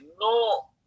no